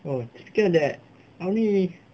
oh I think that only